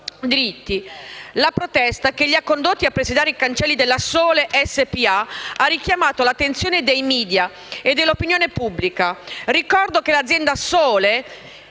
La protesta che li ha condotti a presidiare i cancelli della Sole SpA ha richiamato l'attenzione dei *media* e dell'opinione pubblica. Ricordo che l'azienda Sole,